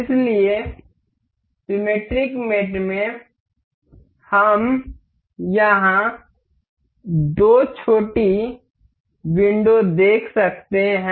इसलिए सिमेट्रिक मेट में हम यहां दो छोटी विंडो देख सकते हैं